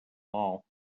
all